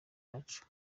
yacu